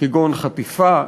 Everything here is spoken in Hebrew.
כגון חטיפה,